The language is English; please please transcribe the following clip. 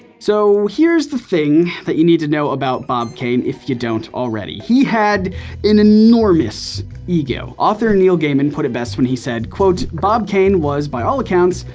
so, here's the thing that you need to know about bob kane, if you don't already. he had an enormous ego. author neil gaiman put it best when he said, quote, bob kane was, by all accounts,